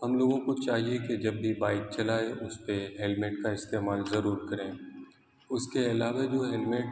ہم لوگوں کو چاہیے کہ جب بھی بائیک چلائیں اس پہ ہیلمیٹ کا استعمال ضرور کریں اس کے علاوہ جو ہیلمیٹ